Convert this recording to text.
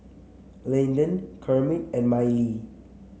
Landen Kermit and Mylie